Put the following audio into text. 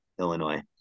Illinois